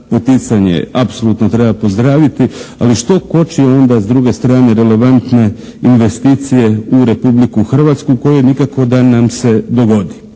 poticanje apsolutno treba pozdraviti, ali što koči onda s druge strane relevantne investicije u Republiku Hrvatsku koje nikako da nam se dogodi.